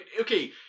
okay